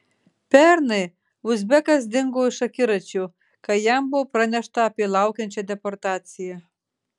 pernai uzbekas dingo iš akiračio kai jam buvo pranešta apie laukiančią deportaciją